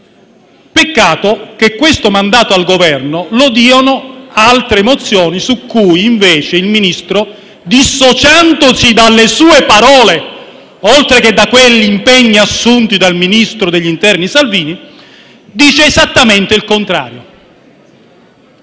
Peccato che il mandato al Governo lo diano altre risoluzioni su cui invece il Ministro, dissociandosi dalle sue parole, oltre che dagli impegni assunti dal ministro dell'interno Salvini, dice esattamente il contrario.